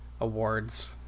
awards